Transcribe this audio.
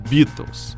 Beatles